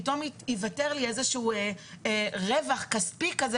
פתאום ייווצר לי איזשהו רווח כספי כזה